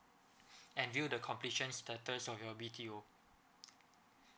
and view the completion status of your B_T_O